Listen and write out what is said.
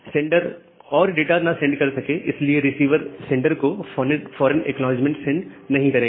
sender और data ना send कर सके इसलिए रिसीवर सेंडर को फौरन एक्नॉलेजमेंट नहीं सेंड करेगा